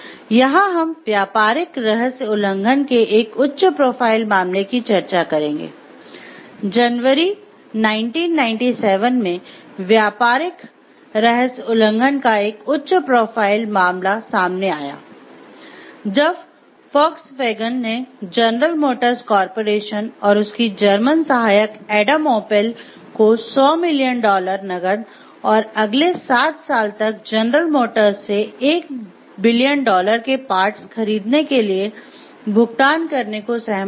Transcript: यहां हम "व्यापारिक रहस्य उल्लंघन" को 100 मिलियन डॉलर नकद और अगले 7 साल तक जनरल मोटर्स से 1 बिलियन डॉलर के पार्ट्स खरीदने के लिए भुगतान करने को सहमत हुआ